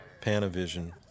Panavision